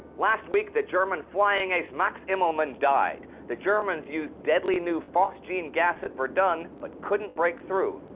last week the german flying ace max immelmann died, the germans used deadly new phosgene gas at verdun but couldn't break through,